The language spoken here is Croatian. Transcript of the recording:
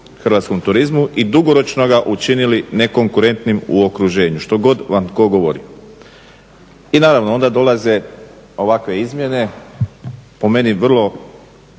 hrvatskom turizmu i dugoročno ga učinili nekonkurentnim u okruženju što god vam tko govori. I naravno onda dolaze ovakve izmjene po meni vrlo